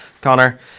Connor